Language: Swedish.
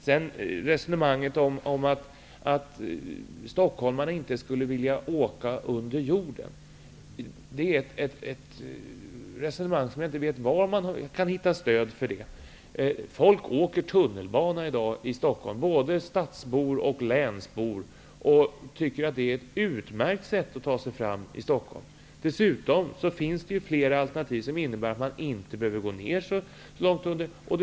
Jag vet inte var man kan hitta stöd för resonemanget att stockholmarna inte vill åka under jorden. Folk åker tunnelbana i Stockholm, både stadsbor och länsbor. Man tycker att det är ett utmärkt sätt att ta sig fram. Dessutom finns det flera alternativ som innebär att man inte behöver gå ner så långt under jorden.